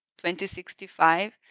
2065